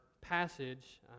passage